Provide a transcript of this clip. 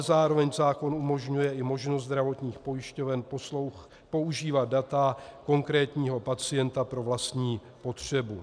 Zároveň ale zákon umožňuje i možnost zdravotních pojišťoven používat data konkrétního pacienta pro vlastní potřebu.